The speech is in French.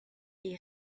est